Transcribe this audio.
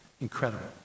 Incredible